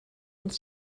uns